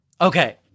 Okay